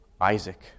Isaac